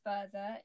further